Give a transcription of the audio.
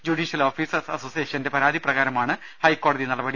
judicial officers അസോസിയേഷന്റെ പരാതിപ്രകാരമാണ് ഹൈക്കോടതി നടപടി